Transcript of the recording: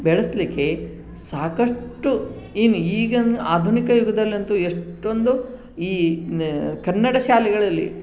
ಬೆಳೆಸಲಿಕ್ಕೆ ಸಾಕಷ್ಟು ಏನು ಈಗ ಆಧುನಿಕ ಯುಗದಲ್ಲಂತು ಎಷ್ಟೊಂದು ಈ ಕನ್ನಡ ಶಾಲೆಗಳಲ್ಲಿ